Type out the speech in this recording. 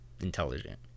intelligent